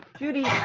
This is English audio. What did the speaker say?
judy,